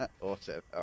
Awesome